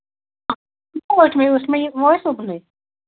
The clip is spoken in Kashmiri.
یُس مےٚ یہِ أسۍ اُکنٕے